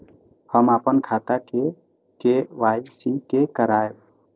हम अपन खाता के के.वाई.सी के करायब?